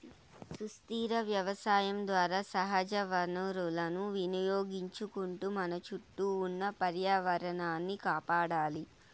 సుస్థిర వ్యవసాయం ద్వారా సహజ వనరులను వినియోగించుకుంటూ మన చుట్టూ ఉన్న పర్యావరణాన్ని కాపాడాలి